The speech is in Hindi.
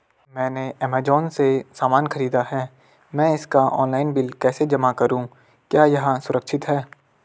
मैंने ऐमज़ान से सामान खरीदा है मैं इसका ऑनलाइन बिल कैसे जमा करूँ क्या यह सुरक्षित है?